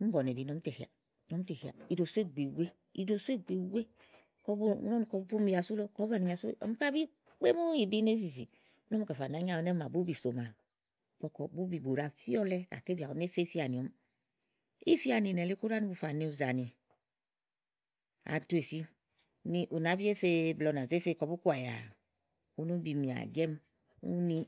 níì bɔnɛ́bí ni ɔmi ítè heàni ɔmi ítè heà iɖosò ìgbè wèe, iɖosò ìgbè wèe. kɔ bu nɔni kɔ bu pómi ya sú lóó kɔ bú banìi ya sú lóó, ɔmi ká àá bi kpémú ìí bi íné zizìì. ígbɔ ɔmi kɛ̀ fà nàányi awu àmà búbì so maa ù kɔkɔ, búbí bù ɖa fíɔlɛ gàké bìà bé fe ífeanì ɔmi ì ífeanì ìnɛ̀ lèe kúɖáá ɔmi fà ni ùzànì àtu èsi ni ù nàá bi éfeeblɛ̀ɛ ù nà zé fe kɔ bú koà yàaa úni úbi mì àjɛ̀ɔmi úni.